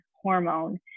hormone